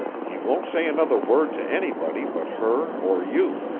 he won't say another word to anybody but her or you.